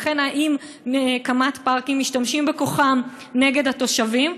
לכן האם קמ"ט פארקים משתמשים בכוחם נגד התושבים?